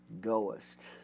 goest